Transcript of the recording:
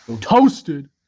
toasted